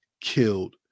killed